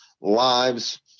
lives